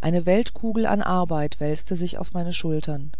eine weltkugel an arbeit wälzte sich auf meine schultern